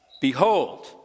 Behold